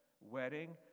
wedding